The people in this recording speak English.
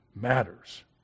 matters